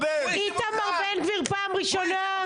איתמר בן גביר, פעם ראשונה.